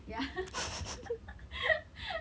ya